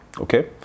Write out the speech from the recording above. Okay